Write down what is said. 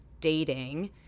dating